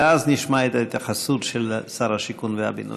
ואז נשמע את ההתייחסות של שר השיכון והבינוי.